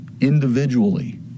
individually